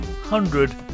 hundred